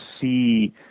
see